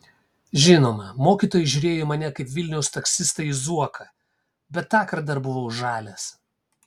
žinoma mokytojai žiūrėjo į mane kaip vilniaus taksistai į zuoką bet tąkart dar buvau žalias